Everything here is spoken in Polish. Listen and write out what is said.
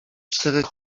czterech